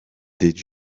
did